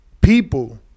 people